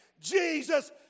Jesus